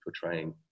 portraying